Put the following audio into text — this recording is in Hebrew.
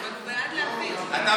אתה בעד להעביר לכלכלה?